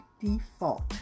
default